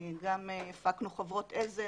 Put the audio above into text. גם הפקנו חוברות עזר,